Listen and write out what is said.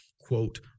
quote